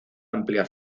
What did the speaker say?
amplia